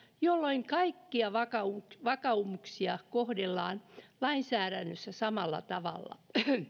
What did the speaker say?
jolloin kaikkia vakaumuksia vakaumuksia kohdellaan lainsäädännössä samalla tavalla